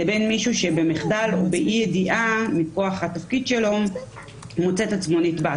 לבין מישהו שבמחדל או באי ידיעה מכוח התפקיד שלו מוצא את עצמו נתבע.